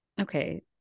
Okay